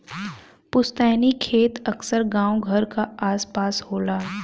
पुस्तैनी खेत अक्सर गांव घर क आस पास होला